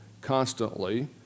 constantly